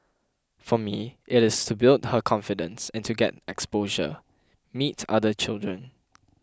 for me it is to build her confidence and to get exposure meet other children